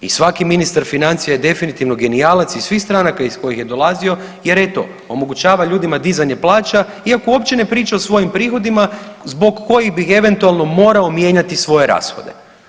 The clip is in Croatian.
I svaki ministar financije je definitivno genijalac iz svih stranaka iz kojih je dolazio jer eto omogućava ljudima dizanje plaća iako uopće ne priča o svojim prihodima zbog kojih bi eventualno morao mijenjati svoje rashode.